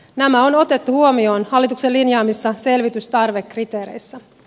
nämä on otettu huomioon hallituksen linjaamissa selvitystarvekriteereissä